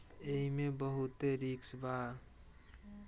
एईमे बहुते रिस्क बा